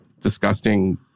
disgusting